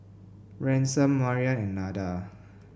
Ransom Maryann and Nada